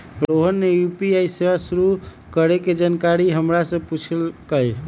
रोहन ने यू.पी.आई सेवा शुरू करे के जानकारी हमरा से पूछल कई